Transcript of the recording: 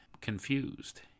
confused